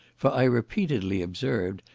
for i repeatedly observed,